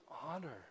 honor